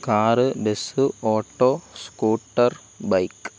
car bus auto scooter bike